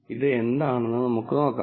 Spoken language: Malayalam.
ഇത് എന്താണെന്ന് നമുക്ക് കാണാം